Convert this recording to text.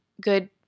good